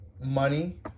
money